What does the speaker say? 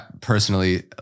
personally